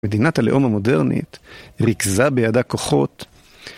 מדינת הלאום המודרנית ריכזה בידה כוחות.